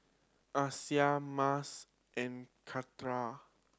Aisyah Mas and